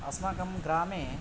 अस्माकं ग्रामे